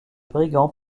brigands